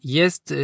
jest